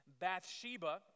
Bathsheba